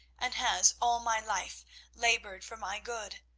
and has all my life laboured for my good.